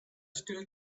still